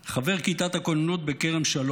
חבר כיתת הכוננות בכרם שלום,